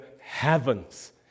heavens